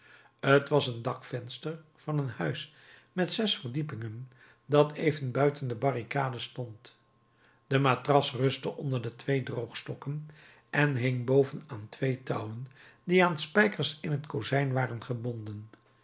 t was een dakvenster van een huis met zes verdiepingen dat even buiten de barricade stond de matras rustte onder op twee droogstokken en hing boven aan twee touwen die aan spijkers in t kozijn waren gebonden